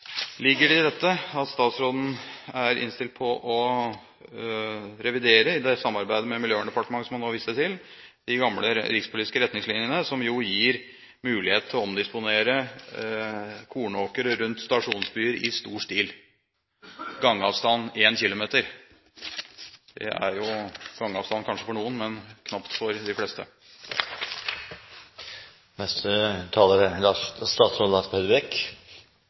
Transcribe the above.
ligger det i dette at statsråden er innstilt på å revidere det samarbeidet med Miljøverndepartementet, som han nå viste til, med hensyn til de gamle rikspolitiske retningslinjene, som jo gir mulighet til å omdisponere kornåkre rundt stasjonsbyer i stor stil, med 1 km gangavstand? Det er jo gangavstand kanskje for noen, men knapt for de fleste.